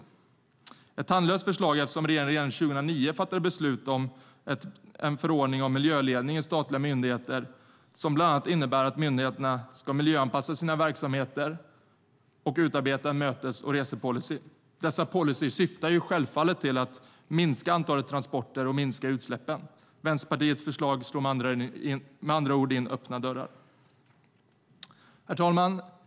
Det är ett tandlöst förslag, eftersom regeringen redan 2009 fattade beslut om en förordning om miljöledning i statliga myndigheter som bland annat innebär att myndigheterna ska miljöanpassa sina verksamheter och utarbeta mötes och resepolicyer. Dessa policyer syftar självfallet till att minska antalet transporter och minska utsläppen. Vänsterpartiets förslag slår med andra ord in öppna dörrar. Herr talman!